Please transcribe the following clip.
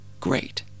great